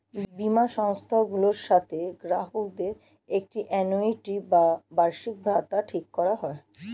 বীমা সংস্থাগুলোর সাথে গ্রাহকদের একটি আ্যানুইটি বা বার্ষিকভাতা ঠিক করা হয়